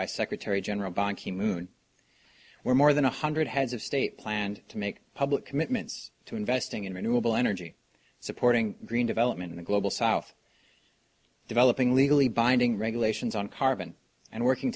by secretary general ban ki moon where more than one hundred heads of state planned to make public commitments to investing in renewable energy supporting green development in the global south developing legally binding regulations on carbon and working